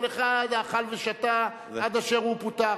כל אחד אכל ושתה עד אשר הוא פוטר.